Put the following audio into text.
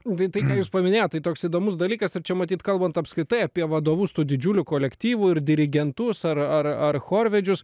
tai ką jūs paminėjot tai toks įdomus dalykas ir čia matyt kalbant apskritai apie vadovus tų didžiulių kolektyvų ir dirigentus ar ar chorvedžius